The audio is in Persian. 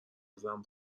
ازم